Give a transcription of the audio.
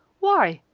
why,